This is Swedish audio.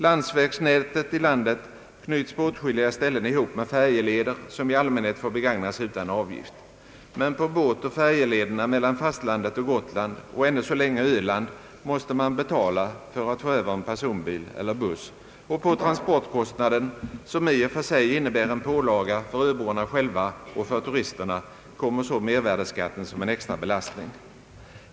Landsvägsnätet i landet knyts på åtskilliga ställen ihop med färjeleder, som i allmänhet får begagnas utan avgift. Men på båtoch färjelederna mellan fastlandet och Gotland och — ännu så länge — Öland måste man betala för att få över en personbil eller buss, och på transportkostnaden, som i och för sig innebär en pålaga för öborna själva och för turisterna, kommer så mervärdeskatten som en extra belastning.